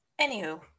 anywho